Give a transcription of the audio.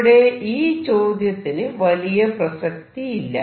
ഇവിടെ ഈ ചോദ്യത്തിന് വലിയ പ്രസക്തിയില്ല